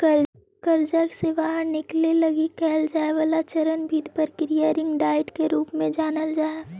कर्जा से बाहर निकले लगी कैल जाए वाला चरणबद्ध प्रक्रिया रिंग डाइट के रूप में जानल जा हई